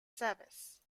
service